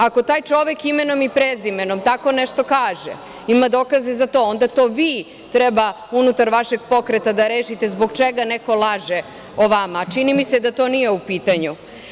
Ako taj čovek imenom i prezimenom tako nešto kaže, ima dokaze za to, onda to vi treba unutar vašeg pokreta da rešite, zbog čega neko laže o vama, a čini mi se da to nije u pitanju.